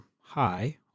high